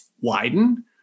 widen